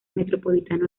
metropolitano